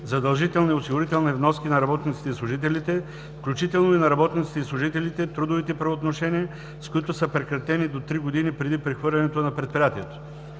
задължителни осигурителни вноски на работниците и служителите, включително и на работниците и служителите трудовите правоотношения, с които са прекратени до три години преди прехвърлянето на предприятието.